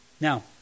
Now